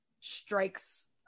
strikes